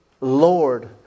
Lord